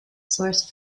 source